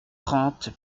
trente